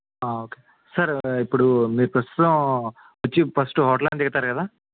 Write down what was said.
okay sir ఇప్పుడు మీరు ప్రస్తుతం వచ్చి ఫస్ట్ హోటల్లోనే దిగుతారు కదా